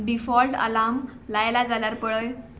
default alarm लायला जाल्यार पळय